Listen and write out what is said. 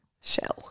Shell